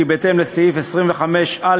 כי בהתאם לסעיף 25(א)